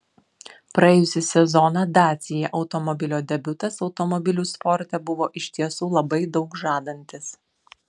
praėjusį sezoną dacia automobilio debiutas automobilių sporte buvo iš tiesų labai daug žadantis